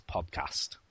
Podcast